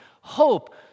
Hope